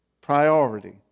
priority